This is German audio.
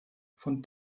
von